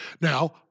Now